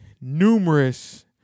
numerous